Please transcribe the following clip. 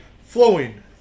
flowing